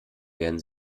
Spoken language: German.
werden